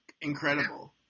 incredible